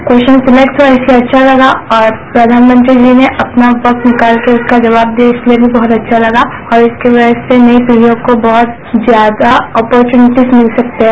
question select हआ इसलिए अच्छा लगा और प्रघानमंत्री जी ने अपना वक्त निकालकर उसका जवाब दिया इसलिए भी बहत ैअच्छा लगा और इसकी वजह से नई पीढियों को बहत ज्यादा अपोरच्युनिटीज मिल सकती है